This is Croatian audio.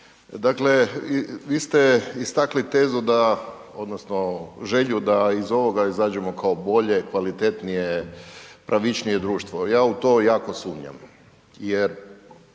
Dakle vi ste istakli tezu odnosno želju da iz ovoga izađemo kao bolje, kvalitetnije, pravičnije društvo, ja u to jako sumnjam jer